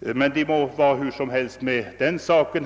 Men det må vara hur som helst med den saken.